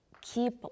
keep